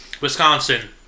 Wisconsin